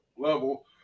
level